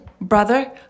brother